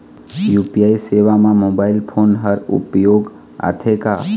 UPI सेवा म mobile phone हर उपयोग आथे का?